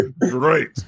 Great